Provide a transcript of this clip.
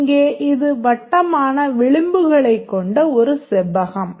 இங்கே இது வட்டமான விளிம்புகளைக் கொண்ட ஒரு செவ்வகம்